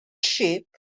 ships